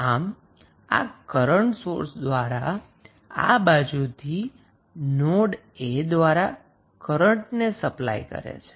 આમ આ current source દ્વારા આ બાજુથી નોડ a દ્વારા કરન્ટને સપ્લાય કરે છે